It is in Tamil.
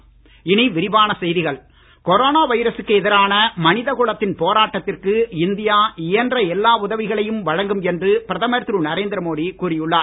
மோடி அமெரிக்கா கொரோனா வைரசுக்கு எதிரான மனித குலத்தின் போராட்டத்திற்கு இந்தியா இயன்ற எல்லா உதவிகளையும் வழங்கும் என்று பிரதமர் திரு நரேந்திர மோடி கூறி உள்ளார்